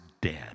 dead